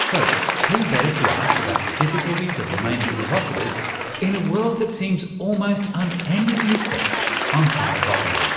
so who better to ask about the difficulties of remaining provocative in a world that seems almost unendingly set on high-volume.